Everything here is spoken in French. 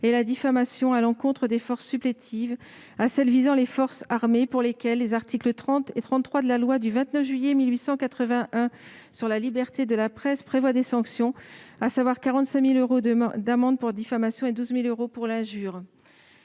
et la diffamation à l'encontre des forces supplétives à celles qui visent les forces armées, pour lesquelles les articles 30 et 33 de la loi du 29 juillet 1881 sur la liberté de la presse prévoient déjà des sanctions, à savoir 45 000 euros d'amende pour la diffamation et 12 000 euros pour l'injure.